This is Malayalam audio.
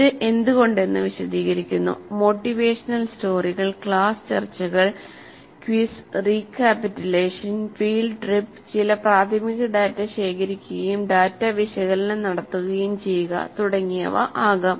ഇത് "എന്തുകൊണ്ടെന്ന് വിശദീകരിക്കുന്നു" "മോട്ടിവേഷണൽ സ്റ്റോറികൾ" "ക്ലാസ് ചർച്ചകൾ" "ക്വിസ്" "റീകാപ്പിറ്റലേഷൻ" "ഫീൽഡ് ട്രിപ്പ്" "ചില പ്രാഥമിക ഡാറ്റ ശേഖരിക്കുകയും ഡാറ്റ വിശകലനം നടത്തുകയും ചെയ്യുക" തുടങ്ങിയവ ആകാം